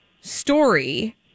story